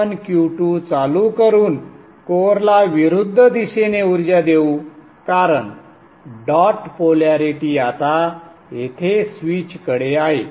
आपण Q2 चालू करून कोअरला विरुद्ध दिशेने ऊर्जा देऊ कारण डॉट पोलॅरिटी आता येथे स्विचकडे आहे